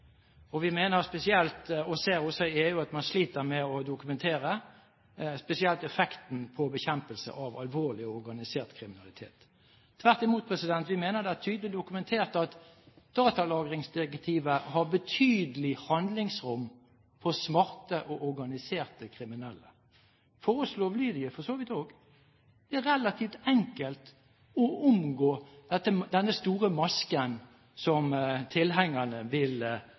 og vi mener, og ser også i EU, at man sliter med å dokumentere spesielt effekten på bekjempelse av alvorlig organisert kriminalitet. Tvert imot, vi mener det er tydelig dokumentert at datalagringsdirektivet har betydelig handlingsrom for smarte og organiserte kriminelle – og for oss lovlydige for så vidt også. Det er relativt enkelt å omgå denne store masken som tilhengerne vil